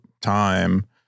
time